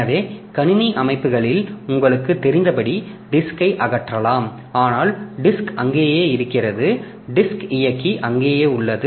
எனவே கணினி அமைப்புகளில் உங்களுக்குத் தெரிந்தபடி டிஸ்க் ஐ அகற்றலாம் ஆனால் டிஸ்க் அங்கேயே இருக்கிறது டிஸ்க் இயக்கி அங்கேயே உள்ளது